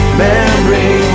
memory